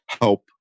help